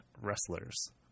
wrestlers